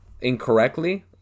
incorrectly